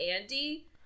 Andy